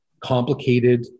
complicated